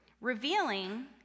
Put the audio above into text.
revealing